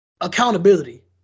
accountability